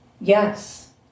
Yes